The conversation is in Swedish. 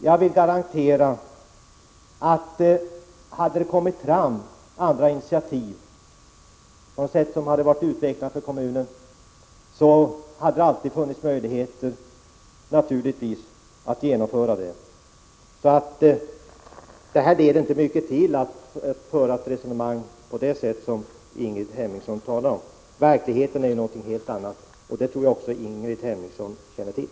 Jag kan garantera att hade det tagits initiativ som skulle kunnat vara utvecklande för kommunen hade det naturligtvis alltid funnits möjligheter att genomföra dem. Sådana resonemang som Ingrid Hemmingsson för leder inte någonstans. Verkligheten är en helt annan, och det tror jag att också Ingrid Hemmingsson känner till.